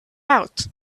out